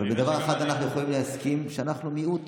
בדבר אחד אנחנו יכולים להסכים, שאנחנו מיעוט